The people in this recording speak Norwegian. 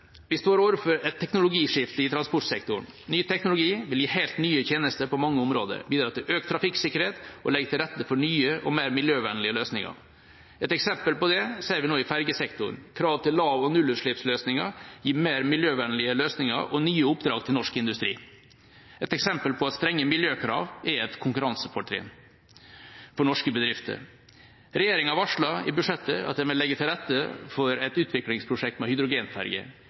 Vi står overfor et teknologiskifte i transportsektoren. Ny teknologi vil gi helt nye tjenester på mange områder, bidra til økt trafikksikkerhet og legge til rette for nye og mer miljøvennlige løsninger. Et eksempel på det ser vi nå i fergesektoren. Krav til lav- og nullutslippsløsninger gir mer miljøvennlige løsninger og nye oppdrag til norsk industri. Det er et eksempel på at strenge miljøkrav er et konkurransefortrinn for norske bedrifter. Regjeringa varsler i budsjettet at den vil legge til rette for et utviklingsprosjekt med hydrogenferge.